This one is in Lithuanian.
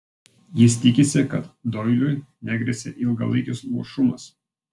jis tikisi kad doiliui negresia ilgalaikis luošumas